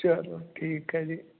ਚਲੋ ਠੀਕ ਹੈ ਜੀ